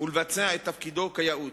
ולבצע את תפקידו כיאות.